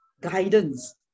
guidance